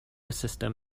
system